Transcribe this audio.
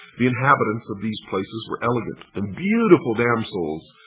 the inhabitants of these places were elegant and beautiful damsels,